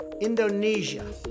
Indonesia